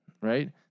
right